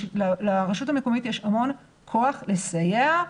לרשות המקומית יש המון כוח לסייע.